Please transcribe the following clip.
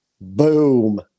Boom